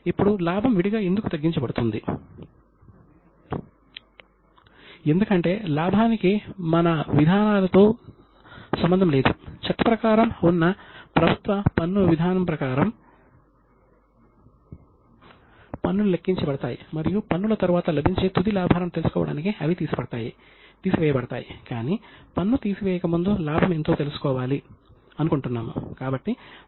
అతను అకౌంటింగ్ను ఆర్థిక శాస్త్రంలో అంతర్భాగంగా భావించాడు మరియు భారతదేశంలోని వివిధ రాజ్యాలు 15 వ శతాబ్దం వరకు అంటే వలసరాజ్యాల పాలన రాకముందు వరకు అతని యొక్క శాస్త్రాలను మరియు సిద్ధాంతాలను ఉపయోగించాయి